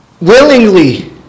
willingly